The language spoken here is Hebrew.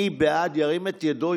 מי שבעד ירים את ידו,